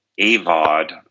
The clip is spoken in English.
AVOD